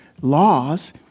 laws